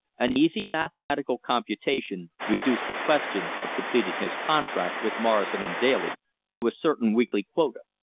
an easy mathematical computation reduced the question of completing his contract with morrison and daly to a certain weekly quota.